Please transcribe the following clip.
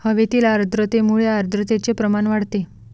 हवेतील आर्द्रतेमुळे आर्द्रतेचे प्रमाण वाढते